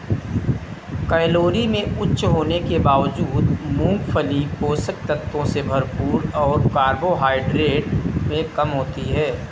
calorie में उच्च होने के बावजूद, मूंगफली पोषक तत्वों से भरपूर और कार्बोहाइड्रेट में कम होती है